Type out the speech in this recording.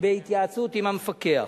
בהתייעצות עם המפקח.